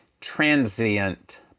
transient